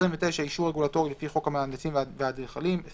(29)אישור רגולטורי לפי חוק המהנדסים והאדריכלים,